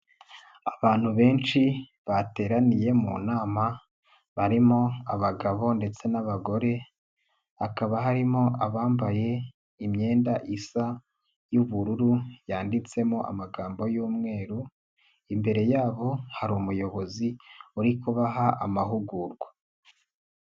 Abantu benshi bateraniye mu nama barimo abagabo ndetse n'abagore hakaba harimo abambaye imyenda isa y'ubururu yanditsemo amagambo y'umweru, imbere yabo hari umuyobozi uri kubaha amahugurwa.